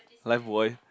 lifebuoy